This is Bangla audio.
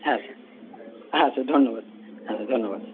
হ্যাঁ স্যার হ্যাঁ স্যার ধন্যবাদ হ্যাঁ স্যার ধন্যবাদ